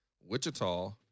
Wichita